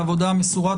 על העבודה המסורה,